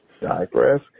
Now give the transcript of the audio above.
digress